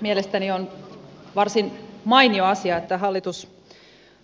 mielestäni on varsin mainio asia että hallitus